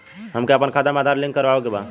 हमके अपना खाता में आधार लिंक करावे के बा?